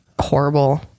horrible